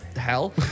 hell